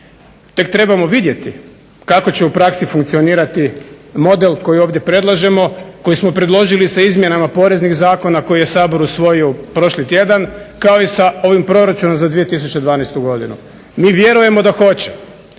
Tek trebamo vidjeti kako će u praksi funkcionirati model koji ovdje predlažemo, koji smo predložili sa izmjenama poreznih zakona koji je Sabor usvojio prošli tjedan, kao i sa ovim proračunom za 2012. godinu. Mi vjerujemo da hoćemo.